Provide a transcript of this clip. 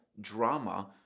drama